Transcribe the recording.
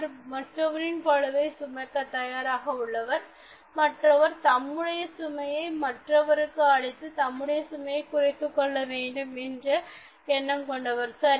ஒருவர் மற்றவரின் பளுவை சுமக்க தயாராக உள்ளவர் மற்றொருவர் தம்முடைய சுமையை மற்றவருக்கு அளித்து தம்முடைய சுமையைக் குறைத்துக் கொள்ள வேண்டும் என்ற எண்ணம் கொண்டவர்